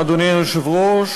היושב-ראש.